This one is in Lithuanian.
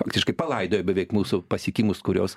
praktiškai palaidojo beveik mūsų pasiekimus kuriuos